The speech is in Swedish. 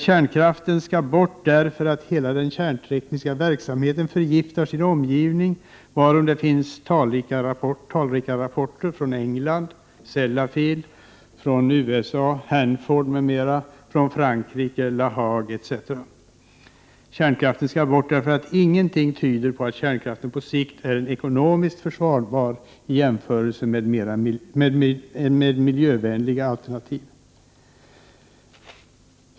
Kärnkraften skall bort därför att hela den kärntekniska verksamheten förgiftar sin omgivning, varom det finns talrika rapporter från England , från USA , från Frankrike . Kärnkraften skall bort därför att ingenting tyder på att kärnkraften på sikt är ekonomiskt försvarbar i jämförelse med miljövänliga alternativ.